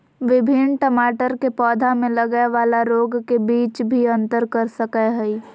विभिन्न टमाटर के पौधा में लगय वाला रोग के बीच भी अंतर कर सकय हइ